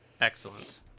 Excellent